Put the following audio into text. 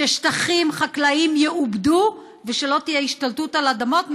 ששטחים חקלאיים יעובדו ושלא תהיה השתלטות על אדמות,